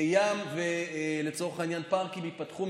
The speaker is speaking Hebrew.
ים ופארקים ייפתחו,